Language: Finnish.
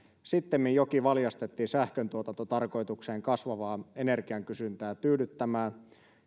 sittemmin joki valjastettiin sähköntuotantotarkoitukseen kasvavaa energiankysyntää tyydyttämään